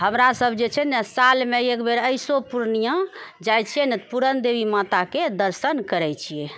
हमरा सभ जे छै ने सालमे एक बेर अइसो पूर्णियाँ जाइ छिऐ ने तऽ पुरनदेवी माताके दर्शन करै छिऐ